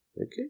Okay